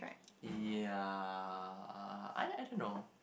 ya I do~ I don't know